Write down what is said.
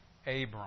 Abram